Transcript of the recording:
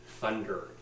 thunder